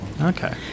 Okay